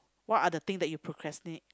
what are the thing that you procrastinate